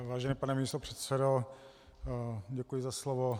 Vážený pane místopředsedo, děkuji za slovo.